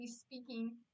speaking